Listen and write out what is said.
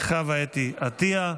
בקריאה הטרומית,